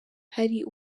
hari